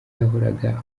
yahoraga